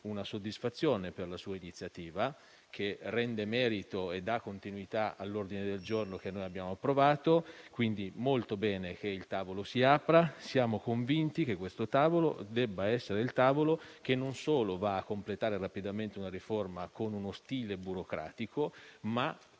una soddisfazione per la sua iniziativa, che rende merito e dà continuità all'ordine del giorno che abbiamo approvato. Va quindi molto bene che il tavolo si apra; siamo convinti che non debba solo completare rapidamente una riforma con uno stile burocratico, ma